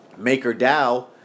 MakerDAO